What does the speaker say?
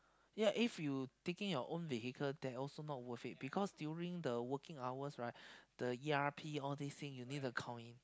ya if you taking your own vehicle there will also be not worth it because during working hours right the e_r_p you need to count in